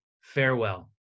Farewell